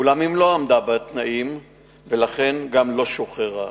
אולם היא לא עמדה בתנאים ולכן גם לא שוחררה.